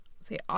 See